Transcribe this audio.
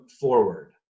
forward